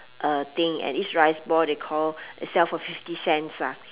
uh thing and each rice ball they call they sell for fifty cents ah